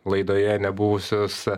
laidoje nebuvusius